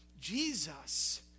Jesus